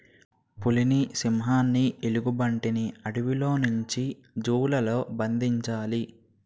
పులిని సింహాన్ని ఎలుగుబంటిని అడవుల్లో ఉంచి జూ లలో బంధించాలి